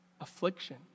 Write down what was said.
Affliction